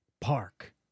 Park